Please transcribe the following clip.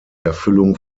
erfüllung